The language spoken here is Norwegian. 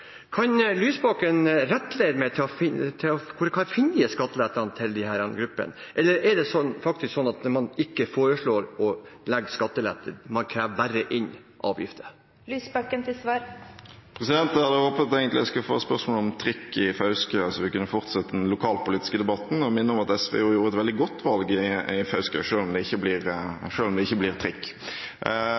Kan Lysbakken rettlede meg om hvor jeg kan finne disse skattelettene til disse gruppene, eller er det faktisk sånn at man ikke foreslår skattelette, men bare krever inn avgift? Jeg hadde egentlig håpet å få spørsmål om trikk i Fauske, så vi kunne fortsette den lokalpolitiske debatten. Jeg må minne om at SV gjorde et veldig godt valg i Fauske, selv om det ikke blir trikk. Jeg kan opplyse Svendsen om det.